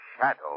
shadow